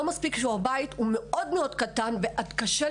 לא מספיק שהבית מאוד מאוד קטן וזה קשה,